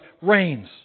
reigns